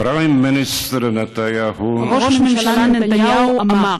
ראש הממשלה נתניהו אמר